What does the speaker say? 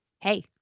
Hey